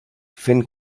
fent